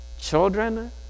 Children